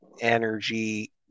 energy